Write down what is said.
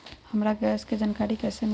हमरा मौसम के जानकारी कैसी मिली?